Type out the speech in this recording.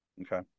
Okay